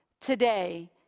today